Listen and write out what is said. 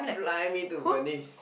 fly to Venice